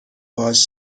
باهاش